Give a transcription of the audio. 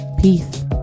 Peace